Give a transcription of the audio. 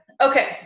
Okay